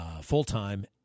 full-time